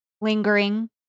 lingering